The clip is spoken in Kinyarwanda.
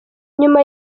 nyuma